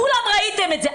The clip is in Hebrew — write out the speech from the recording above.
כולם ראיתם את זה.